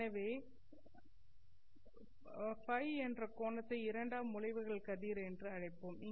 எனவே இந்த Ф என்ற கோணத்தை இரண்டாம் ஒளி விலகல் கதிர் என்று அழைப்போம்